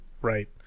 Right